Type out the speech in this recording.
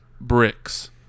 bricks